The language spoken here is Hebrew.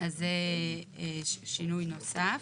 זה שינוי נוסף.